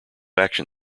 action